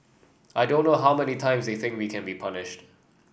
I don't know how many times they think we can be punished